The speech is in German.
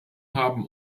haben